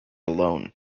alone